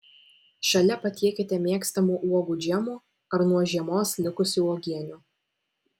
šalia patiekite mėgstamų uogų džemų ar nuo žiemos likusių uogienių